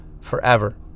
forever